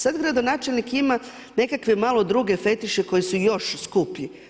Sad gradonačelnik ima nekakve malo drukčije fetiše koji su još skuplji.